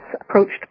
approached